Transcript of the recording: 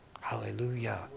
Hallelujah